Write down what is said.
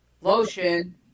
lotion